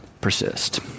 persist